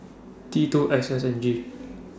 T two X S N G